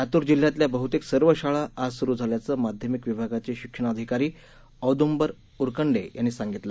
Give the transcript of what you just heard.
लातूर जिल्ह्यातल्या बहुतेक सर्व शाळा आज सुरू झाल्याचं माध्यमिक विभागाचे शिक्षणाधिकारी औदुंबर उकरंडे यांनी सांगितलं